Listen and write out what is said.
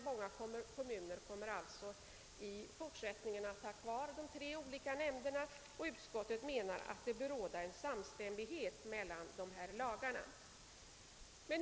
Många kommuner kommer i fortsättningen att ha kvar de tre olika nämnderna, och utskottet me nar att det bör råda samstämmighet mellan dessa lagar.